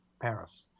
Paris